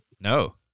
No